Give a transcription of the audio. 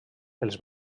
els